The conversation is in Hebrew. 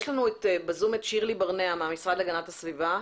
יש לנו בזום את שירלי ברנע מהמשרד להגנת הסביבה.